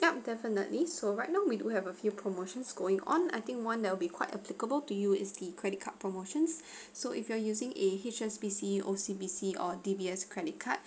yup definitely so right now we do have a few promotions going on I think one that will be quite applicable to you is the credit card promotions so if you are using a H_S_B_C O_C_B_C or D_B_S credit card